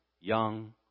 young